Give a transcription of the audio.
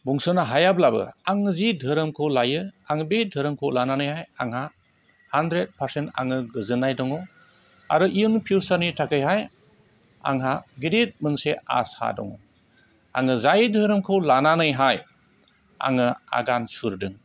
बुंसनो हायाब्लाबो आङो जि धोरोमखौ लायो आङो बे धोरोमखौहाय लानानैहाय आंहा हान्ड्रेड पारसेन्ट आङो गोजोननाय दङ आरो इयुन फिउचारनि थाखायहाय आंहा गिदिद मोनसे आसा दङ आङो जाय धोरोमखौ लानानैहाय आङो आगान सुरदों